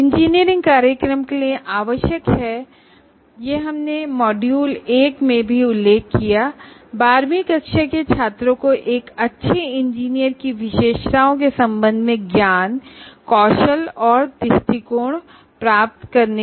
engineering program के लिए आवश्यक हैं यह हमने पहले ही मॉड्यूल 1 में उल्लेख किया है कि वे बारहवीं कक्षा के छात्रों को एक अच्छे इंजीनियर की विशेषताओं के संबंध में ज्ञान कौशल और दृष्टिकोण प्रदान करें